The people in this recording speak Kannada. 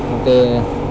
ಮತ್ತು